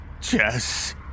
Jess